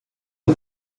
que